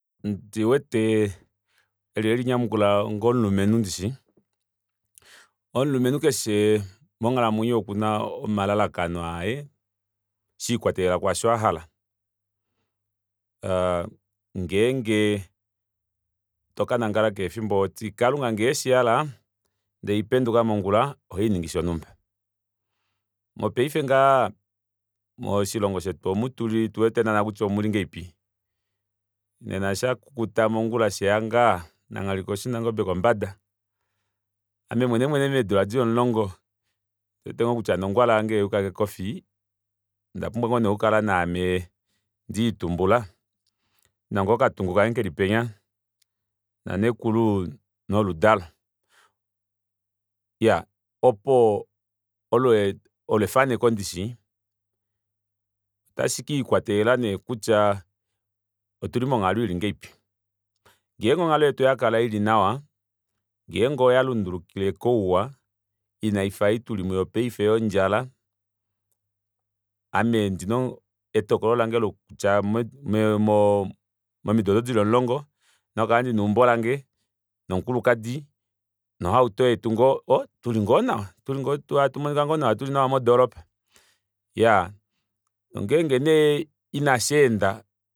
Ondiwete eli ohandi linyamukula onga omulumenhu ndishi omulumenhu keshe monghalamwenyo okuna omalalakano aye shelikwatelela kwaasho ahala ngenge tokanangala keshe efimbo ohoti kalunga ngee eshihala ndee handi penduka mongula ohaningi shonumba mopaife ngaha oshilongo shetu omutuli otuwete kutya omulingahelipi nena shakukuta mongula sheya ngaha nanghali koshi nangobe kombada ame mwene mwene meedula dili omulongo ondiwete ngoo kutya nongwala yange oya yuka kekofi ondapumbwa ngoo nee okukala naame ndelitumbula ndina ngoo okatungu kange keli penya nanekulu noludalo iyaa opo olo efaneko ndishi otashikikwatelela neekutya otuli monghalo ili ngahelipi ngenge onghalo yetu oyakala ili nawa ngenge oyalundulukile kouwa ina ifa ei tuli muyo paife yondjala ame ondina etokolo lange loku tya mo mimido odo dili omulongo ondina okukala ndina eumbo lange nomukulukadi nohauto yetu ngoo oo tuli ngoo nawa hatu monika nawa tuli nawa modoropa iyaa nongenge nee inasheenda